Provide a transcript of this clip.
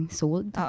sold